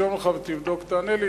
תרשום לך ותבדוק ותענה לי.